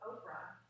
Oprah